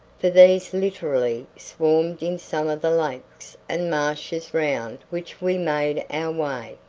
for these literally swarmed in some of the lakes and marshes round which we made our way.